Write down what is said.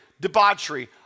debauchery